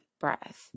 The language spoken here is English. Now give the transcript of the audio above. breath